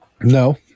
No